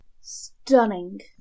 Stunning